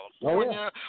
California